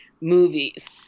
movies